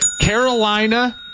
Carolina